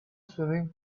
swimming